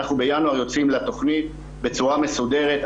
אנחנו בינואר יוצאים לתוכנית בצורה מסודרת.